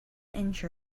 inch